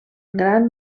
gran